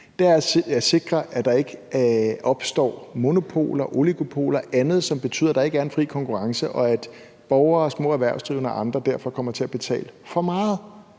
er at sikre, at der ikke opstår monopoler, oligopoler og andet, som betyder, at der ikke er en fri konkurrence, og at borgere, små erhvervsdrivende og andre derfor kommer til at betale for meget.